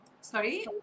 sorry